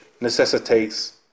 necessitates